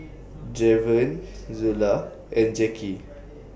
Draven Zula and Jackie